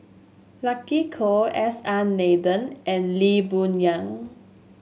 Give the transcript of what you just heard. Lucky Koh S R Nathan and Lee Boon Yang